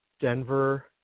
Denver